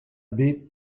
baie